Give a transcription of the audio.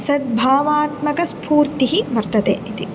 सद्भावात्मकस्फूर्तिः वर्तते इति